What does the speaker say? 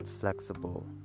flexible